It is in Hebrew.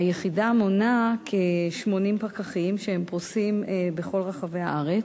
היחידה מונה כ-80 פקחים, שפרוסים בכל רחבי הארץ.